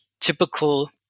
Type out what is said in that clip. typical